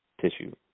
tissue